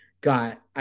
got